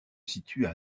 situent